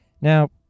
Now